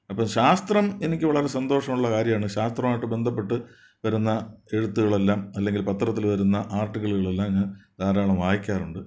അപ്പോൾ ശാസ്ത്രം എനിക്ക് വളരെ സന്തോഷമുള്ള കാര്യമാണ് ശാസ്ത്രമായിട്ട് ബന്ധപ്പെട്ട് വരുന്ന എഴുത്തുകളെല്ലാം അല്ലെങ്കിൽ പത്രത്തിൽ വരുന്ന ആർട്ടുകളിൽ എല്ലാം ഞാൻ ധാരാളം വായിക്കാറുണ്ട്